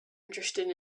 interested